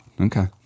Okay